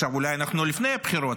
עכשיו אולי אנחנו לפני הבחירות,